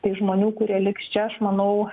tai žmonių kurie liks čia aš manau